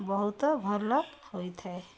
ବହୁତ ଭଲ ହୋଇଥାଏ